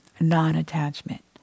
non-attachment